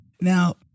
Now